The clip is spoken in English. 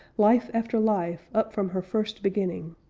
life after life, up from her first beginning.